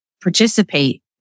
participate